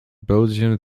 belgium